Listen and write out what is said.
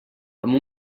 amb